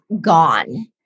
gone